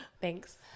Thanks